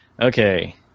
Okay